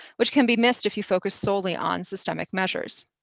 which can be missed if you focus solely on systemic measures.